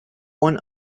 one